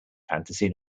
fantasy